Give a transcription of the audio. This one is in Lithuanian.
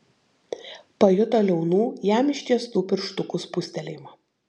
pajuto liaunų jam ištiestų pirštukų spustelėjimą